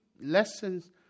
lessons